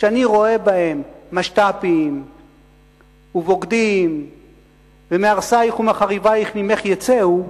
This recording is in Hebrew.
כשאני רואה בהם משת"פים ובוגדים ומהרסייך ומחריבייך ממך יצאו,